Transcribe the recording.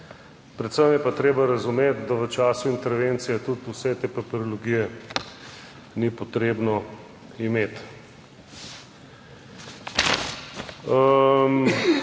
predvsem je pa treba razumeti, da v času intervencije tudi vse te papirologije ni potrebno imeti.